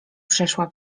przeszła